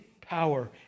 power